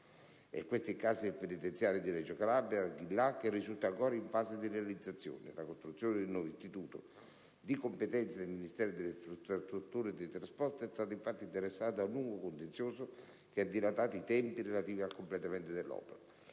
È questo il caso del penitenziario di Reggio Calabria, Arghillà, che risulta ancora in fase di realizzazione. La costruzione del nuovo istituto - di competenza del Ministero delle infrastrutture e dei trasporti - è stata, infatti, interessata da un lungo contenzioso, che ha dilatato i tempi relativi al completamento dell'opera.